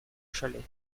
chalets